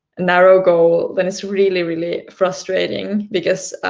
narrow goal, then it's really, really frustrating, because